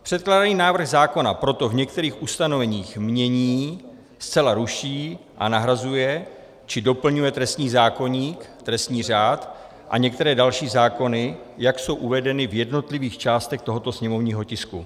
Předkládaný návrh zákona proto v některých ustanoveních mění, zcela ruší a nahrazuje či doplňuje trestní zákoník, trestní řád a některé další zákony, jak jsou uvedeny v jednotlivých částech tohoto sněmovního tisku.